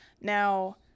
Now